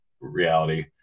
reality